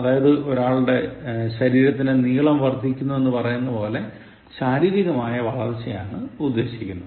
അതായത് ഒരാളുടെ ശരീരത്തിന്റെ നീളം വർദ്ധിക്കുന്നു എന്നു പറയുന്നതുപോലെ ശാരീരികമായ വളർച്ചയാണ് ഉദ്ദേശിക്കുന്നത്